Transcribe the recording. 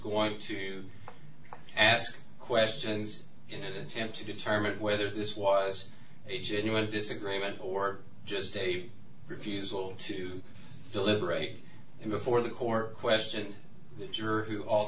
going to ask questions and attempt to determine whether this was a genuine disagreement or just a refusal to deliberate and before the court questioned your who all